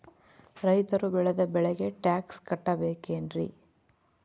ರೈತರು ಬೆಳೆದ ಬೆಳೆಗೆ ಟ್ಯಾಕ್ಸ್ ಕಟ್ಟಬೇಕೆನ್ರಿ?